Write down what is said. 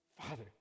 Father